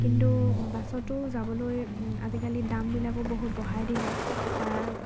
কিন্তু বাছতো যাবলৈ আজিকালি দামবিলাকো বহুত বঢ়াই দিলে তাৰ